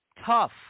tough